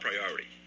priority